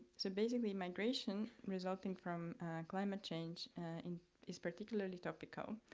so basically, migration resulting from climate change and is particularly topical